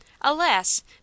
Alas